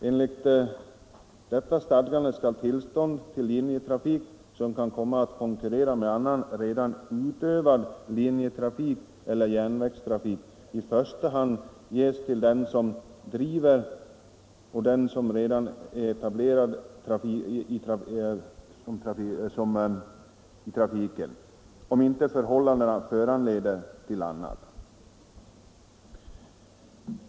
Enligt detta stadgande skall tillstånd till linjetrafik, som kan komma att konkurrera med annan redan utövad linjetrafik eller järnvägstrafik, i första hand ges till den som utövar den redan etablerade trafiken, om inte förhållandena föranleder annat.